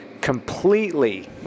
completely